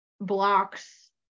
blocks